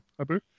Abu